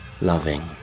loving